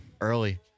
early